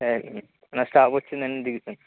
సరేనండి నా స్టాప్ వచ్చిందండి దిగుతాను